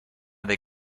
del